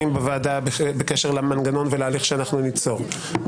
בוועדה בקשר ולמנגנון ולהליך שאנחנו ניצור,